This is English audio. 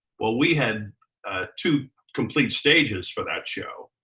well, we had two complete stages for that show.